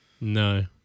No